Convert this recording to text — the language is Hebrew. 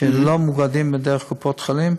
שהם לא מאוגדים דרך קופות החולים,